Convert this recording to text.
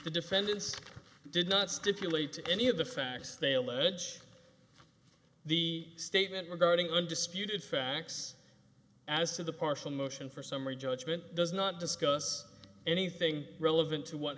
the defendant did not stipulate to any of the facts they allege the statement regarding undisputed facts as to the partial motion for summary judgment does not discuss anything relevant to what